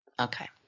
Okay